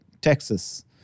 Texas